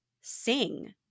sing